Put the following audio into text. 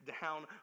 down